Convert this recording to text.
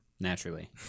Naturally